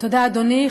תודה, אדוני.